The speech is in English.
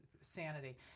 sanity